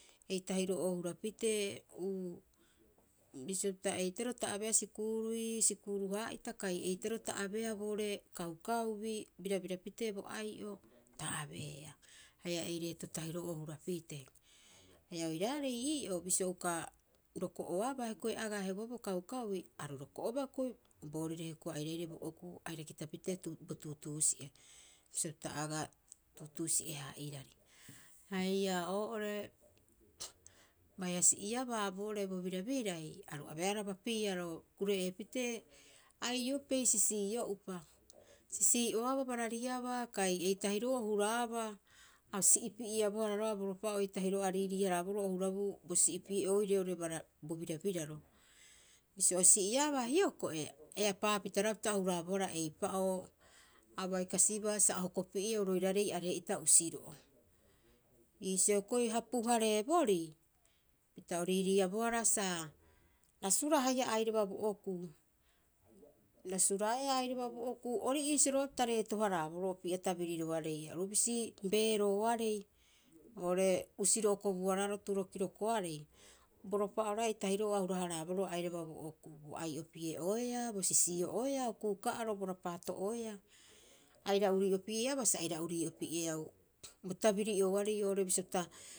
Ei tahiro'oo hura pitee bisio pita eitaroo ta abeea sikuurui, sikuu- haa'ita, kai eitaroo ta abeea boo'ore kaukauii birabira pitee bo ai'o ta abeea haia ei reeto tahiro'oo hura pitee. Haia oiraarei ii'oo. bisio uka roko'oabaa hioko'i agaa heuaaboo kauhauii, aru roko'obaa hioko'i, boorire hioko'i airaire bo okuu aira kita pitee tu bo tuutuusi'e. Bisio pita agaa, tuutuusi'e- haa'irari. Haia oo'ore, baiha si'iabaa boo'ore bo birabirai, aru abeehara bapiaro kure'ee pitee, aiopei sisii'o'upa. Sisii'uaboo barariabaa kai eitahiro'oo a huraaba, a si'ipi'eabohara roga'a boropa'oo ei tahiro'oo a riirii- haraaboroo o hurabuu bo si'ipi'e'ooire oo'ore bara bo biraboraro. Bisio o si'iabaa hioko'i, eapaa pita roga'a pita oira huraabohara eipa'oo a bai kasibaa sa o hokopi'eau roiraarei aree'ita usiro'o. Iisio hioko'i hapu- hareeborii, pita o riiriiabohara sa rasuraa haia airaba bo okuu. Rasuraeaa airaba bo okuu, ori iisio roga'a pita reeto- haraaboro opii'a tabiriroarei. Oru bisi beerooarei, oo'ore usiro'o kobuaraaro twelve o clock, boropa'oo roga'a eitahiro'oo a hura- haraaboro airaba bo okuu, bo ai opi'e'oeaa, bo sisii'o'oeaa okuu ka'aro bo rapaato'oeaa. Aira urii'opi'eabaa sa aira urii'opi'eau, bo tabiri'ooarei oo'ore bisio pita.